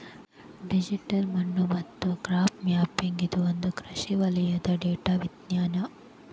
digital ಮಣ್ಣು ಮತ್ತು crop mapping ಇದು ಒಂದು ಕೃಷಿ ವಲಯದಲ್ಲಿ ಡೇಟಾ ವಿಜ್ಞಾನ